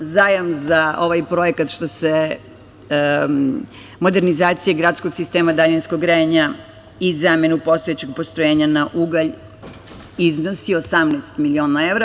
Zajam za ovaj projekat, što se modernizacije gradskog sistema daljinskog grejanja i zamenu postojećeg postrojenja na ugalj tiče, iznosi 18 miliona evra.